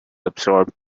absorbed